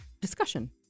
discussion